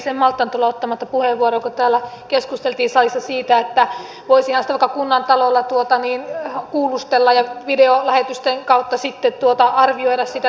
en malttanut olla ottamatta puheenvuoroa kun täällä salissa keskusteltiin siitä että voisihan sitä vaikka kunnantalolla kuulustella ja videolähetysten kautta sitten arvioida sitä todistelua